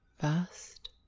vast